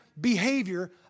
behavior